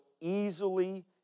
easily